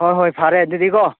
ꯍꯣꯏ ꯍꯣꯏ ꯐꯔꯦ ꯑꯗꯨꯗꯤꯀꯣ